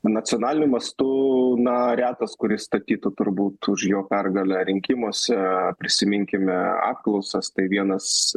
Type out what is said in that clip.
nacionaliniu mastu na retas kuris statytų turbūt už jo pergalę rinkimuose prisiminkime apklausas tai vienas